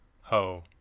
ho